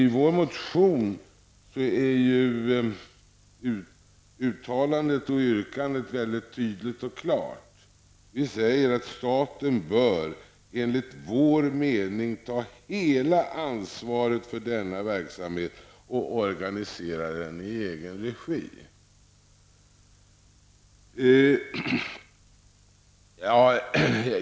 I vår motion är yrkandet väldigt tydligt och klart. Vi säger att staten bör enligt vår mening ta hela ansvaret för denna verksamhet och organisera den i egen regi.